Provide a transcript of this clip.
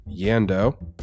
Yando